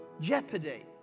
jeopardy